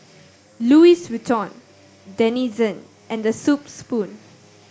Louis Vuitton Denizen and The Soup Spoon